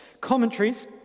Commentaries